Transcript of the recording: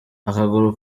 akaguru